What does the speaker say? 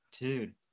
Dude